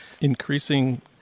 increasing